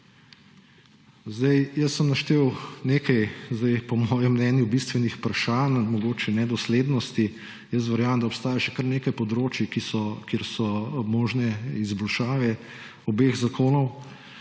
da so. Naštel sem nekaj po mojem mnenju bistvenih vprašanj, mogoče nedoslednosti. Verjamem, da obstaja še kar nekaj področij, kjer so možne izboljšave obeh zakonov.